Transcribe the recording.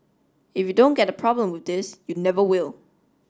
if you don't get the problem this you never will